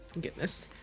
Goodness